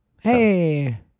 Hey